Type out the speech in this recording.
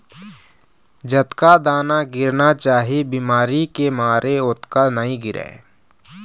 जतका दाना गिरना चाही बिमारी के मारे ओतका नइ गिरय